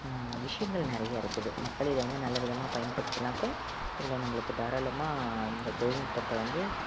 விஷயங்கள் நிறைய இருக்குது மக்களே இதை வந்து நல்ல விதமாக பயன்படுத்துனாக்க இதில் நம்மளுக்கு தாராளமாக இந்த தொழில்நுட்பத்தை வந்து